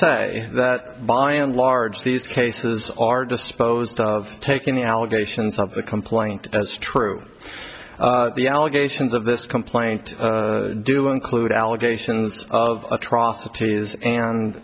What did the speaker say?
say that by and large these cases are disposed of taking the allegations of the complaint as true the allegations of this complaint do include allegations of atrocities and